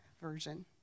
version